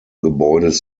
gebäudes